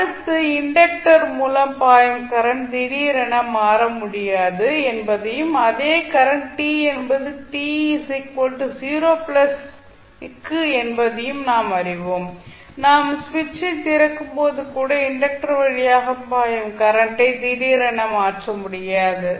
அடுத்து இண்டக்டர் மூலம் பாயும் கரண்ட் திடீரென மாற முடியாது என்பதையும் அதே கரண்ட் t என்பது t 0 க்கு என்பதையும் நாம் அறிவோம் நாம் சுவிட்சைத் திறக்கும்போது கூட இண்டக்டர் வழியாக பாயும் கரண்டை திடீரென மாற்ற முடியாது